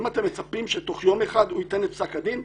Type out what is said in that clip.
האם אתם מצפים שבתוך יום אחד הוא ייתן את פסק הדין,